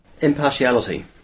Impartiality